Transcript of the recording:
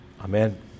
Amen